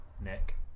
Nick